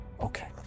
Okay